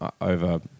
over